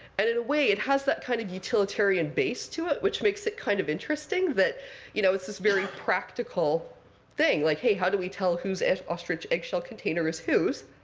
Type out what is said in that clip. and in a way, it has that kind of utilitarian base to it, which makes it kind of interesting that you know, it's this very practical thing. like, hey, how do we tell who's an ostrich egg shell container is whose?